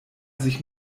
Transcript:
sich